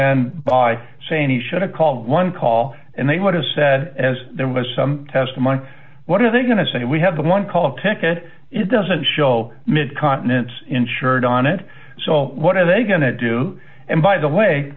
end by saying he should have called one call and they would have said as there was some testimony what are they going to say we have one called ticket it doesn't show mid continent insured on it so what are they going to do and by the way